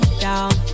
down